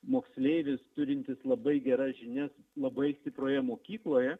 moksleivis turintis labai geras žinias labai stiprioje mokykloje